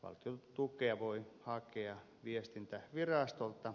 valtion tukea voi hakea viestintävirastolta